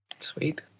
Sweet